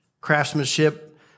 craftsmanship